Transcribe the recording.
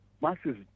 masses